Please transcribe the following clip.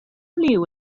liw